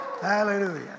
Hallelujah